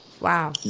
Wow